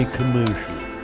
commercial